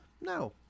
No